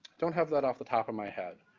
don't have that off the top of my head,